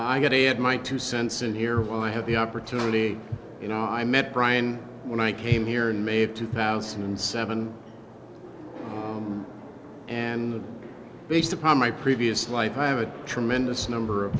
it my two cents in here while i have the opportunity i met brian when i came here in may of two thousand and seven and based upon my previous life i have a tremendous number of